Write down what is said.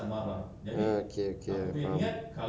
oh okay okay faham